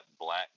black